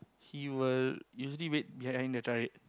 he will usually wait behind the time